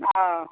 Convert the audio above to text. অঁ